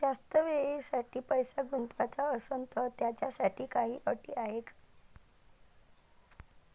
जास्त वेळेसाठी पैसा गुंतवाचा असनं त त्याच्यासाठी काही अटी हाय?